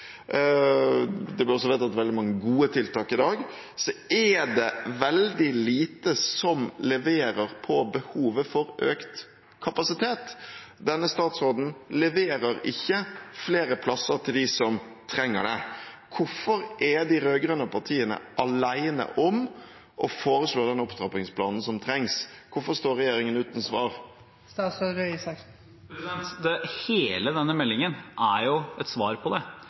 det blir også vedtatt veldig mange gode tiltak i dag – er det veldig lite som leverer på behovet for økt kapasitet. Denne statsråden leverer ikke flere plasser til dem som trenger det. Hvorfor er de rød-grønne partiene alene om å foreslå den opptrappingsplanen som trengs? Hvorfor står regjeringen uten svar? Hele denne meldingen er jo et svar på det.